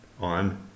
on